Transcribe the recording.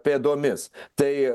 pėdomis tai